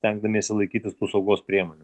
stengdamiesi laikytis tų saugos priemonių